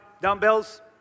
dumbbells